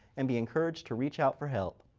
and be encouraged to reach out for help.